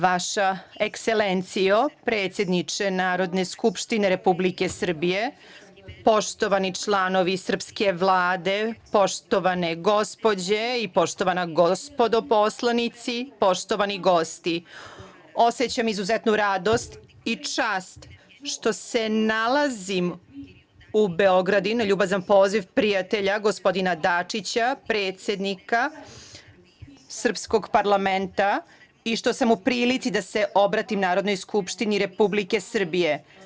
Vaša Ekselencijo predsedniče Narodne skupštine Republike Srbije, poštovani članovi srpske Vlade, poštovane gospođe i poštovana gospodo poslanici, poštovani gosti, osećam izuzetnu radost i čast što se nalazim u Beogradu i na ljubazan poziv prijatelja gospodina Dačića, predsednika srpskog parlamenta, i što sam u prilici da se obratim Narodnoj skupštini Republike Srbije.